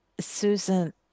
Susan